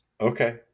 okay